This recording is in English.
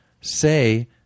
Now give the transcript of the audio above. say